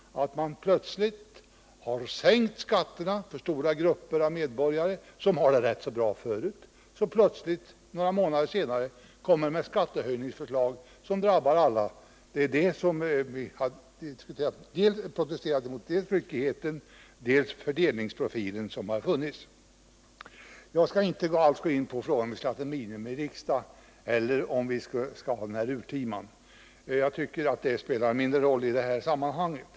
Man har sänkt skatterna för stora grupper av medborgare som har det rätt så bra förut, och några månader senare har man lagt fram förslag till skattehöjningar som drabbar alla. Vi socialdemokrater protesterar dels mot ryckigheten, dels mot den fördelningsprofil som tillämpats. Jag skall inte alls ta upp frågan om vi borde ha haft en miniriksdag i stället för ”urtiman”, för jag tycker att det spelar mindre roll i det här sammanhanget.